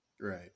Right